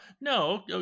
no